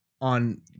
on